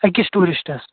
أکِس ٹوٗرِسٹَس